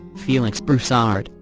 felix broussard,